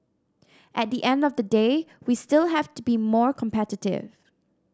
at the end of the day we still have to be more competitive